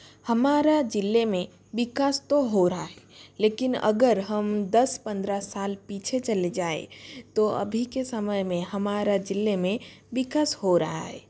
हमारा जिले में विकास तो हो रहा है लेकिन अगर हम दस पन्द्रह साल पीछे चले जाएं तो अभी के समय में हमारा जिले में विकास हो रहा है